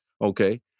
okay